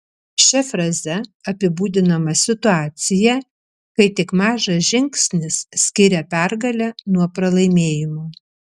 šia fraze apibūdinama situacija kai tik mažas žingsnis skiria pergalę nuo pralaimėjimo